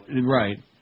Right